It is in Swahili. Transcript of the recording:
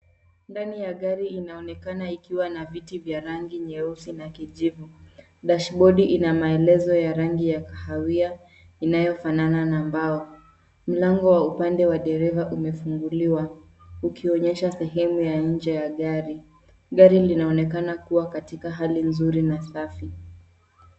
Ndani ya gari inaonekana ikiwa na viti vya rangi nyeusi na kijivu. Dashibodi ina maelezo ya rangi ya kahawia inayofanana na mbao. Mlango wa upande wa dereva umefunguliwa, ukionyesha sehemu ya nje ya gari. Gari linaonekana kuwa katika hali nzuri na safi.